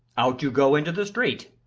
out you go into the street.